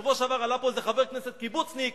בשבוע שעבר עלה פה איזה חבר כנסת קיבוצניק